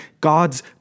God's